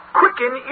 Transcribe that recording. quicken